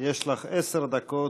יש לך עשר דקות,